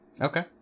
Okay